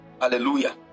Hallelujah